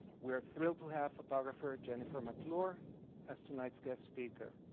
we're thrilled to have photographer jennifer mcclure as tonight's guest speaker.